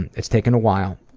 and it's taken a while.